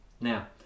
now